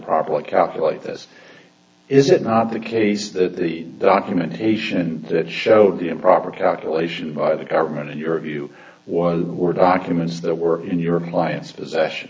probably calculate this is it not a case that the documentation that showed the improper calculation by the government in your view one word documents the work in your client's possession